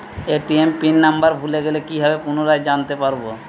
ATM PIN number ভুলে গেলে কি ভাবে পুনরায় জানতে পারবো?